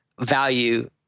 value